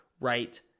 right